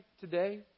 today